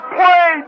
play